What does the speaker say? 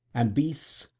and beasts,